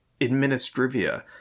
administrivia